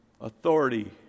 authority